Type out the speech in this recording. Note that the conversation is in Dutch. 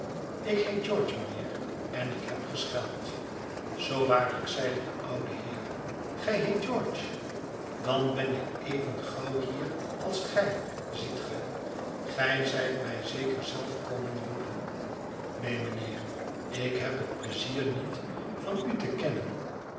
ik heet george mijnheer en ik heb gescheld zoo waarlijk zeide de oude heer gij heet george dan ben ik even gauw hier als gij ziet ge gij zijt mij zeker zelf komen roepen neen mijnheer ik heb het pleizier niet van u te kennen